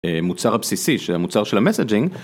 מוצר הבסיסי שהמוצר של ה-messaging.